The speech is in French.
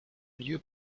lieu